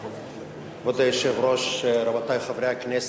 כבוד היושב-ראש, רבותי חברי הכנסת,